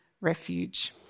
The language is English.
refuge